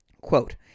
Quote